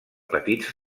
petits